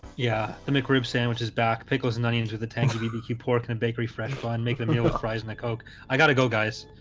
yeah the mcrib sandwich is back pickles and onions with the tangka dbq pork and bakery fresh go and make the meal with fries in the coke i gotta go guys